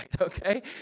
okay